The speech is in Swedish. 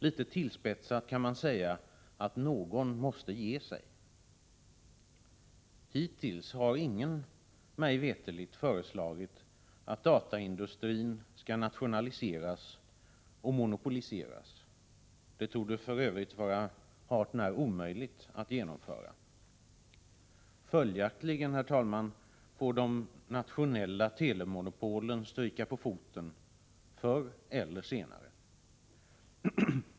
Litet tillspetsat kan man säga att någon måste ge sig. Hittills har ingen mig veterligt föreslagit att dataindustrin skall nationaliseras och monopoliseras — det torde för övrigt vara hart när omöjligt att genomföra. Följaktligen, herr talman, får de nationella telemonopolen stryka på foten förr eller senare.